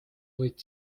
võid